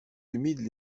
humides